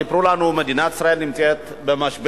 אבל סיפרו לנו שמדינת ישראל נמצאת במשבר